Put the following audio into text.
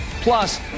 Plus